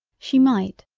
she might,